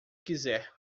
quiser